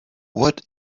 what